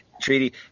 Treaty